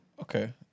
Okay